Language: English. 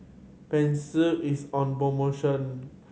pansy is on promotion